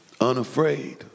unafraid